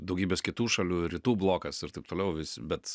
daugybės kitų šalių rytų blokas ir taip toliau vis bet